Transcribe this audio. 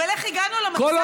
אבל איך הגענו למצב הזה?